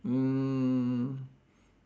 mm